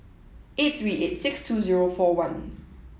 eight three eight six two zero four one